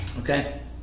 Okay